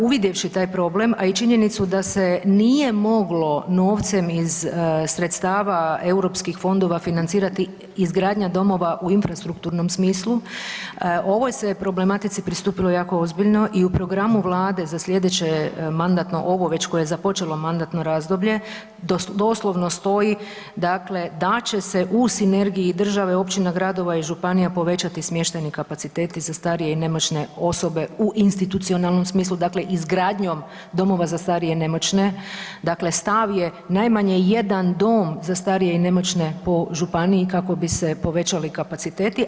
Uvidjevši taj problem, a i činjenicu da se nije moglo novcem iz sredstava europskih fondova financirati izgradnja domova u infrastrukturnom smislu ovoj se problematici pristupilo jako ozbiljno i u programu vlade za slijedeće mandatno, ovo već koje je započelo mandatno razdoblje doslovno stoji dakle da će se u sinergiji države, općina, gradova i županija povećati smještajni kapaciteti za starije i nemoćne osobe u institucionalnom smislu, dakle izgradnjom domova za starije i nemoćne, dakle, stav je najmanje jedan dom za starije i nemoćne po županiji kako bi se povećali kapaciteti.